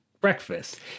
breakfast